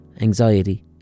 anxiety